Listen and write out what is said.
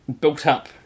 built-up